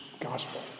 gospel